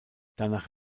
danach